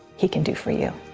he can do for you.